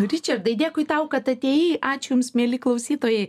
ričardai dėkui tau kad atėjai ačiū jums mieli klausytojai